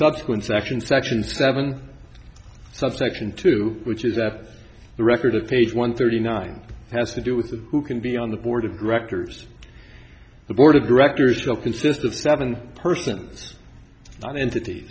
subsequent section section seven subsection two which is a the record of page one thirty nine has to do with who can be on the board of directors the board of directors shall consist of seven person one entit